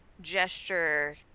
gesture